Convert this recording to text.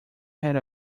had